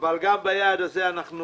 אבל גם ביעד הזה אנחנו